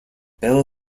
bell